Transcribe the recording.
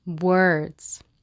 words